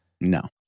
No